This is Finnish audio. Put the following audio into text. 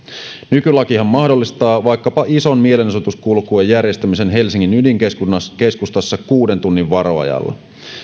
nykylakihan mahdollistaa vaikkapa ison mielenosoituskulkueen järjestämisen helsingin ydinkeskustassa kuuden tunnin varoajalla